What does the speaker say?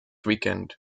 weekend